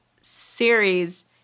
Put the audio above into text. series